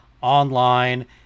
online